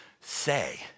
say